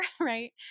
right